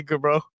bro